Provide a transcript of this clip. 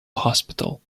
hospital